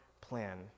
plan